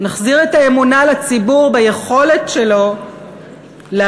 נחזיר לציבור את האמונה ביכולת שלו להבין